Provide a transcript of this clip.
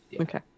Okay